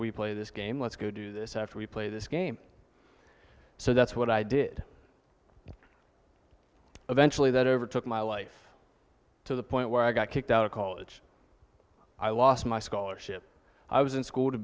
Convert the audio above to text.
we play this game let's go do this after we play this game so that's what i did eventually that overtook my life to the point where i got kicked out of college i lost my scholarship i was in school to